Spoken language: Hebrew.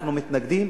אנחנו מתנגדים,